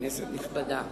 כנסת נכבדה,